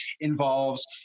involves